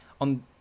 on